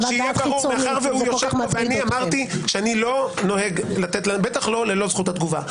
מאחר שהוא יושב פה ואמרתי שאיני נוהג בטח ללא זכות תגובה.